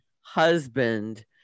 husband